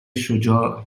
شجاع